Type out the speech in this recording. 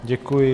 Děkuji.